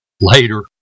Later